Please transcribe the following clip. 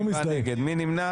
מי נמנע?